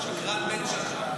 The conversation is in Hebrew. שקרן בן שקרן.